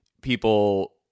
people